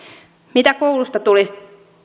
mitä koulusta tulisi